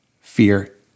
fear